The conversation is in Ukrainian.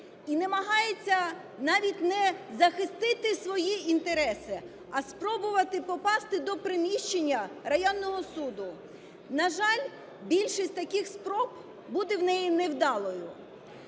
і намагається, навіть не захистити свої інтереси, а спробувати попасти до приміщення районного суду. На жаль, більшість таких спроб будуть в неї невдалими.